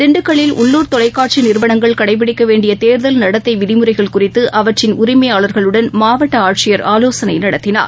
திண்டுக்கல்லில் உள்ளுர் தொலைக்காட்சிநிறுவனங்கள் கடைபிடிக்கவேண்டியதேர்தல் நடத்தைவிதிமுறைகள் குறித்துஅவற்றின் உரிமையாளர்களுடன் மாவட்டஆட்சியர் ஆலோசனைநடத்தினார்